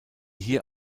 hier